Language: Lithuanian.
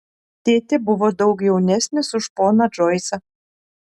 tėtė buvo daug jaunesnis už poną džoisą